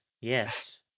yes